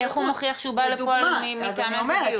איך הוא מוכיח שהוא בא לפה מטעמי זוגיות?